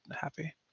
happy